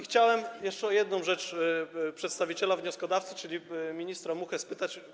Chciałem jeszcze o jedną rzecz przedstawiciela wnioskodawcy, czyli ministra Muchę, spytać.